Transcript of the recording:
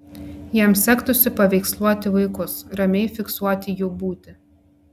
jam sektųsi paveiksluoti vaikus ramiai fiksuoti jų būtį